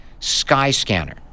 Skyscanner